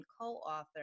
co-author